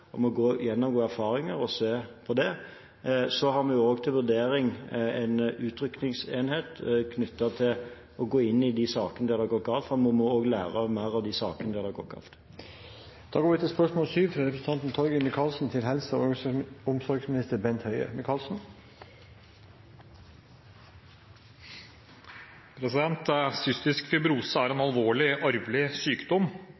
til vurdering en utrykningsenhet knyttet til å gå inn i de sakene der det har gått galt, for vi må også lære mer av de sakene der det har gått galt. «Cystisk fibrose er en alvorlig arvelig sykdom. Medisinsk utvikling gir bedre diagnoser, behandling og